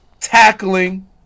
tackling